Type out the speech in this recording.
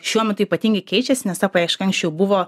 šiuo metu ypatingai keičiasi nes ta paieška anksčiau buvo